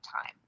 time